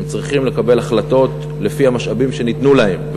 הם צריכים לקבל החלטות לפי המשאבים שנתנו להם.